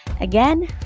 Again